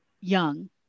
young